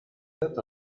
وضعیتم